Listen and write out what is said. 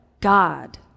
God